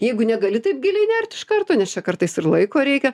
jeigu negali taip giliai nert iš karto nes čia kartais ir laiko reikia